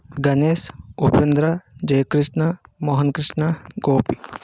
Ganesh Upendra Jayakrishna Mohankrishna Gopi